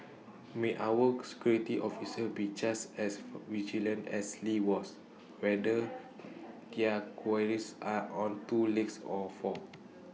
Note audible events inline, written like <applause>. may our <unintelligible> security officers be just as <noise> vigilant as lee was whether their quarries are on two legs or four